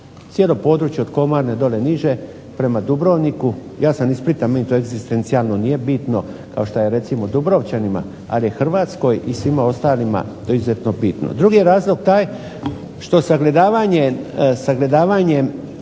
cijelo područje od Komarne dolje niže prema Dubrovniku. Ja sam iz Splita meni to egzistencijalno nije bitno kao što je recimo dubrovčanima, ali Hrvatskoj i svim ostalima izuzetno bitno. Drugi je razlog taj što sagledavanjem